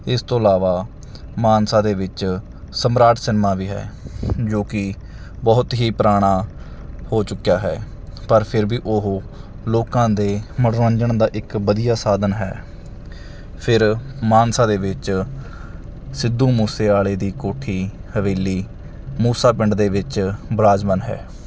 ਇਸ ਤੋਂ ਇਲਾਵਾ ਮਾਨਸਾ ਦੇ ਵਿੱਚ ਸਮਰਾਟ ਸਿਨਮਾ ਵੀ ਹੈ ਜੋ ਕਿ ਬਹੁਤ ਹੀ ਪੁਰਾਣਾ ਹੋ ਚੁੱਕਿਆ ਹੈ ਪਰ ਫਿਰ ਵੀ ਉਹ ਲੋਕਾਂ ਦੇ ਮਨੋਰੰਜਨ ਦਾ ਇੱਕ ਵਧੀਆ ਸਾਧਨ ਹੈ ਫਿਰ ਮਾਨਸਾ ਦੇ ਵਿੱਚ ਸਿੱਧੂ ਮੂਸੇਵਾਲੇ ਦੀ ਕੋਠੀ ਹਵੇਲੀ ਮੂਸਾ ਪਿੰਡ ਦੇ ਵਿੱਚ ਬਿਰਾਜਮਾਨ ਹੈ